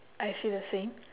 I see the same